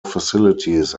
facilities